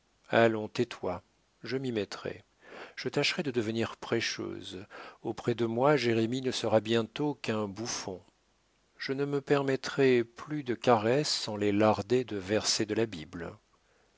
allons tais-toi je m'y mettrai je tâcherai de devenir prêcheuse auprès de moi jérémie ne sera bientôt qu'un bouffon je ne me permettrai plus de caresses sans les larder de versets de la bible